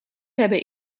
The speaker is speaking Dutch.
hebben